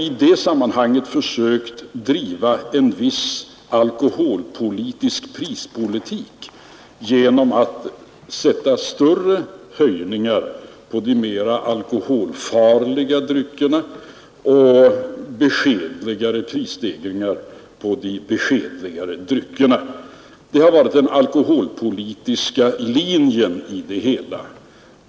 I det sammanhanget har vi försökt driva en viss alkoholpolitisk prispolitik genom att genomföra större prishöjningar på de mera farliga alkoholdryckerna och beskedligare prishöjningar på de beskedligare dryckerna. Det har varit den alkoholpolitiska linjen i prishöjningarna.